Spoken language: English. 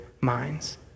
minds